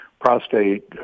prostate